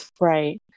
Right